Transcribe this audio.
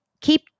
keep